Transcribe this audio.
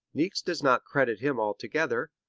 niecks does not credit him altogether,